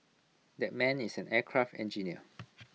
that man is an aircraft engineer